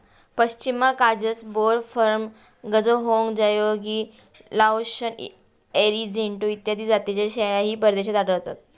पश्मिना काजस, बोर, फर्म, गझहोंग, जयोगी, लाओशन, अरिजेंटो इत्यादी जातींच्या शेळ्याही परदेशात आढळतात